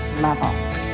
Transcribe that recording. level